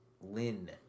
Lynn